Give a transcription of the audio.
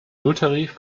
nulltarif